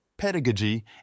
pedagogy